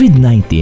COVID-19